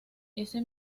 ese